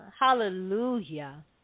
Hallelujah